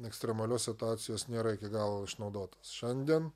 ekstremalios situacijos nėra iki galo išnaudotas šiandien